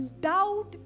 doubt